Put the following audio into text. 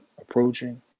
approaching